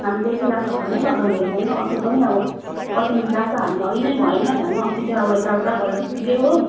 हामीले यति लाग्छ भन्नै सक्दैन रहेछ नि हौ अस्ति पनि अब कति लाग्छ हामीलाई उयो नै भएन धन्न अस्ति चाहिँ अबो यता उता गरेर पुग्यो हो